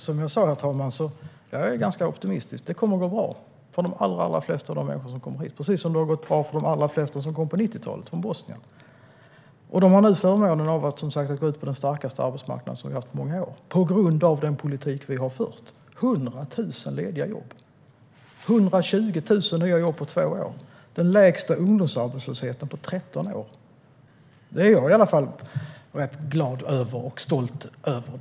Herr talman! Jag är optimistisk. Det kommer att gå bra för de allra flesta människor som har kommit hit, precis som det har gått bra för de allra flesta som kom på 90-talet från Bosnien. De har nu förmånen att gå ut på den starkaste arbetsmarknaden vi har haft på många år - tack vare den politik vi har fört. Det finns 100 000 lediga jobb. Det har skapats 120 000 nya jobb på två år. Vi har den lägsta ungdomsarbetslösheten på 13 år. Det är jag glad och stolt över.